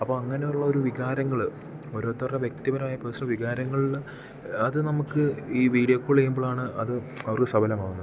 അപ്പം അങ്ങനെയുള്ള ഒരു വികാരങ്ങൾ ഓരോരുത്തറിൻ്റെ വ്യക്തിപരമായ പേഴ്സണൽ വികാരങ്ങളിൽ അത് നമ്മൾക്ക് ഈ വീഡിയോ കോൾ ചെയ്യുമ്പോഴാണ് അത് അവർക്ക് സഫലമാവുന്നത്